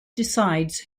decides